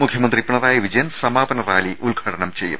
മുഖ്യമന്ത്രി പിണറായി വിജയൻ സമാപന റാലി ഉദ്ഘാടനം ചെയ്യും